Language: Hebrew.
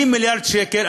60 מיליארד שקל,